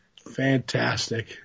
fantastic